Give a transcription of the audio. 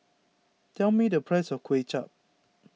tell me the price of Kway Chap